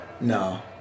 No